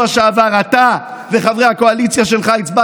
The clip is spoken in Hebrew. אפילו לא מוכן לחקור את תנאי הכליאה המופלגים שלהם,